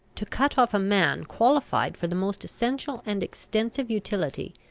to cut off a man qualified for the most essential and extensive utility,